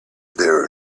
there